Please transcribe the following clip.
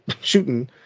shooting